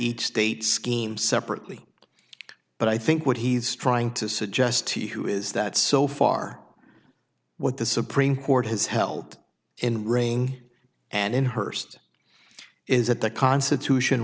each state scheme separately but i think what he's trying to suggest to you is that so far what the supreme court has held in ring and in hurst is that the constitution